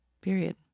Period